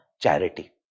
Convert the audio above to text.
charity